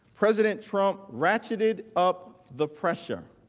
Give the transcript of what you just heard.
president trump ratcheted up the pressure.